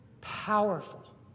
Powerful